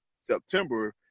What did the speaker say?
september